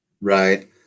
Right